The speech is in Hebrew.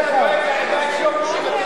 לך תאזין לתושבי טבריה,